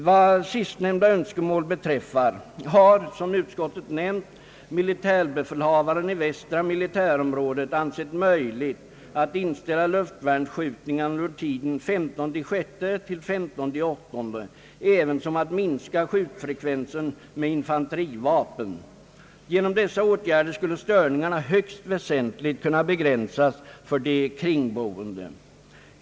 Vad sistnämnda önskemål beträffar har, som utskottet nämnt, militärbefälhavaren i västra militärområdet ansett möjligt att inställa luftvärnsskjutningarna under tiden 15 8 ävensom att minska skjutfrekvensen med infanterivapen. Genom dessa åtgärder skulle störningarna högst väsentligt kunna begränsas för de kringboende.